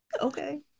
okay